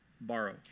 borrow